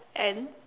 and